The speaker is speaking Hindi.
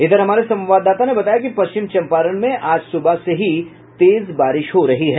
उधर हमारे संवाददाता ने बताया कि पश्चिम चंपारण में आज सुबह से ही तेज बारिश हो रही है